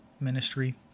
ministry